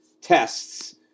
tests